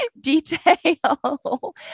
detail